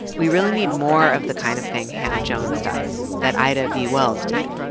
we really need more of the kind of thing hannah-jones does, that ida b. wells did.